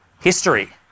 history